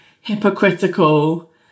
hypocritical